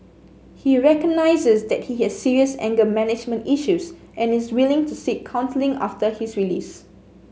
he recognises that he has serious anger management issues and is willing to seek counselling after his release